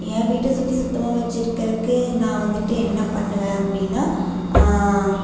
என் வீட்டை சுற்றி சுத்தமாக வச்சுருக்கறக்கு நான் வந்துட்டு என்ன பண்ணுவேன் அப்படின்னா